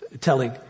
telling